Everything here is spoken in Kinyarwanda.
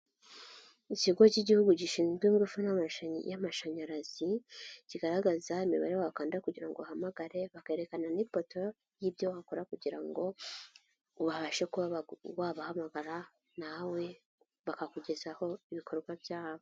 Ikigo cy'igihugu gishinzwe ingufu y'amashanyarazi, kigaragaza imibare wakanda kugira ngo uhamagare, bakerekana n'ipoto y'ibyo wakora kugira ngo ubashe wabahamagara na we bakakugezaho ibikorwa byabo.